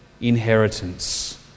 inheritance